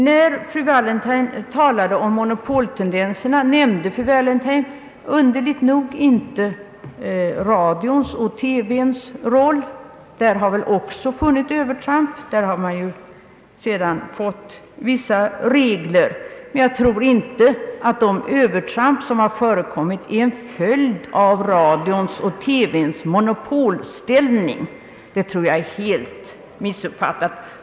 När fru Wallentheim talade om monopoltendenserna, nämnde hon underligt nog inte radions och televisionens roll. Övertramp har väl förekommit också där, och småningom har man fått vissa regler. Men jag tror inte att övertrampen varit en följd av radions och televisionens monopolställning; detta betraktar jag som en fullständig missuppfattning.